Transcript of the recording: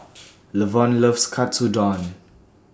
Lavon loves Katsudon